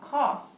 cause